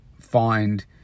find